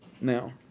Now